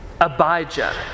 Abijah